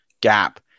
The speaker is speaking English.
gap